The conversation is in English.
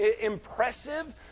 impressive